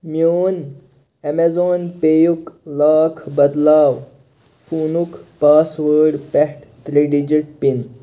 میون Amazon pay یُک lock بدلاو فونُک پاس وٲڈ پٮ۪ٹھ ترٛےٚ ڈِجِٹ پِن